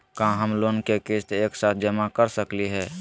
का हम लोन के किस्त एक साथ जमा कर सकली हे?